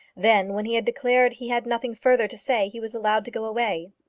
then, when he had declared he had nothing further to say, he was allowed to go away.